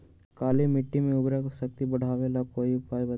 काली मिट्टी में उर्वरक शक्ति बढ़ावे ला कोई उपाय बताउ?